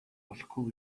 болохгүй